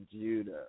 Judah